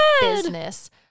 business